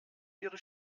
ihre